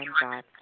God